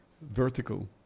vertical